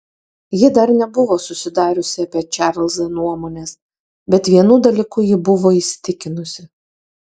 ji dar nebuvo susidariusi apie čarlzą nuomonės bet vienu dalyku ji buvo įsitikinusi